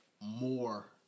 more